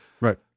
right